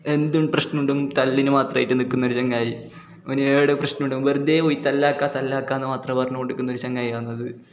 എന്ത് പ്രെശ്നുണ്ടു തല്ലിനു മാത്രമായിട്ട് നിൽക്കുന്നൊരു ചങ്ങാതി ഓന് എവിടെ പ്രശ്നം ഉണ്ടാവും വെറുതേ പോയി തല്ലാക്ക തല്ലാക്കാം എന്ന് മാത്രം പറഞ്ഞോണ്ടിക്കന്ന ഒരു ചങ്ങാതി ആണ് അത്